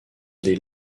des